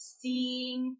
seeing